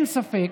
אין ספק,